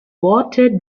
worte